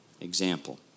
Example